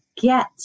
get